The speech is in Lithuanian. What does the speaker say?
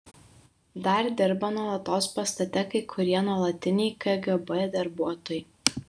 dar dirba nuolatos pastate kai kurie nuolatiniai kgb darbuotojai